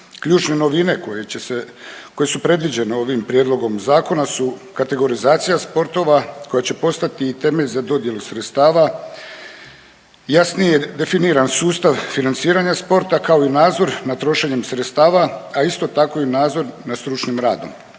koje će se, koje su predviđene ovim prijedlogom zakona su kategorizacija sportova koja će postati i temelj za dodjelu sredstava, jasnije definiran sustav financiranja sporta kao i nadzor nad trošenjem sredstava, a isto tako i nadzor nad stručnim radom.